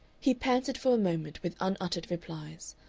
he panted for a moment with unuttered replies,